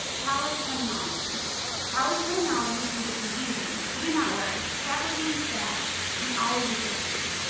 college terminology college terminology can get confusing but do not worry, faculty and staff can always assist you.